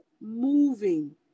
moving